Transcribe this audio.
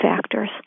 factors